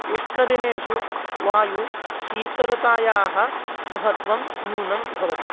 उष्णदिनेषु वायुशीतलतायाः महत्त्वं न्यूनं भवति